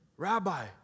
Rabbi